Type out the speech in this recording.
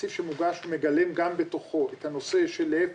התקציב שמוגש מגלם גם בתוכו את הנושא של להיפך,